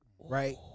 right